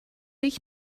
ich